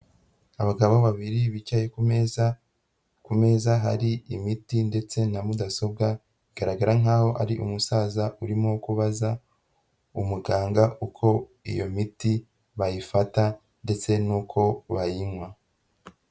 Abagabo babiri bicaye ku meza, ku meza hari imiti ndetse na mudasobwa, bigaragara nkaho ari umusaza urimo kubaza umuganga uko iyo miti bayifata ndetse nuko bayinywa.